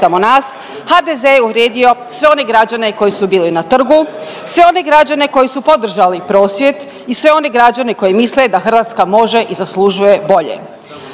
HDZ je uvrijedio sve one građen koji su bili na trgu, sve one građane koji su podržali prosvjed i sve one građane koji misle da Hrvatska može i zaslužuje bolje.